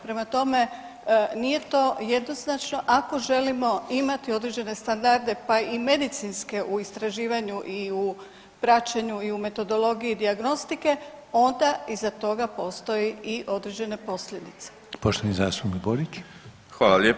Prema tome, nije to jednoznačno ako želimo imati određene standarde pa i medicinske u istraživanju i u praćenju i u metodologiji dijagnostike onda iza toga postoji i određene posljedice.